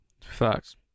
Facts